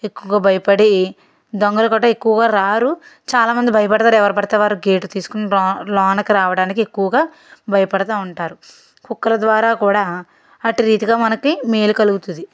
ఎక్కువగా భయపడి దొంగలు కూడా ఎక్కువగా రారు చాలామంది భయపడతారు ఎవరు పడితే వారు గేటు తీసుకుని లోనకు రావడానికి ఎక్కువగా భయపడుతా ఉంటారు కుక్కల ద్వారా కూడా అటురీతిగా మనకి మేలు కలుగుతుంది